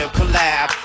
collab